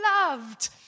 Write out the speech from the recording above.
loved